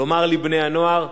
לומר לבני-הנוער: